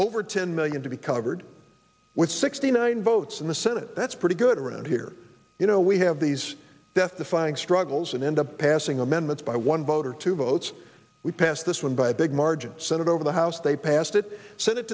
over ten million to be covered with sixty nine votes in the senate that's pretty good around here you know we have these death defying struggles and end up passing amendments by one vote or two votes we passed this one by a big margin senate over the house they passed it sent it